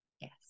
yes